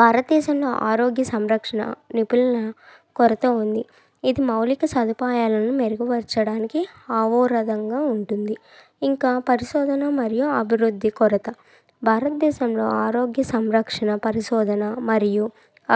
భారతదేశంలో ఆరోగ్య సంరక్షణ నిపుణుల కొరత ఉంది ఇది మౌలిక సదుపాయాలను మెరుగుపరచడానికి ఆవోరధంగా ఉంటుంది ఇంకా పరిశోధన మరియు అభివృద్ధి కొరత భారత దేశంలో ఆరోగ్య సంరక్షణ పరిశోధన మరియు